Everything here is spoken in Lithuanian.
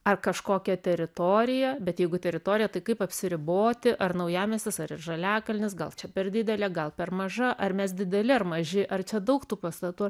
ar kažkokią teritoriją bet jeigu teritoriją tai kaip apsiriboti ar naujamiestis ar ir žaliakalnis gal čia per didelė gal per maža ar mes dideli ar maži ar čia daug tų pastatų